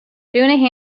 doing